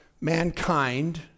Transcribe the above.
mankind